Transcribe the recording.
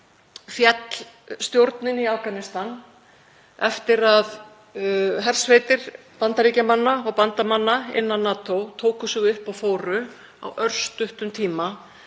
féll stjórnin í Afganistan eftir að hersveitir Bandaríkjamanna og bandamanna innan NATO tóku sig upp og fóru á örstuttum tíma,